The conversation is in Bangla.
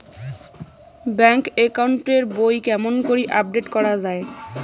ব্যাংক একাউন্ট এর বই কেমন করি আপডেট করা য়ায়?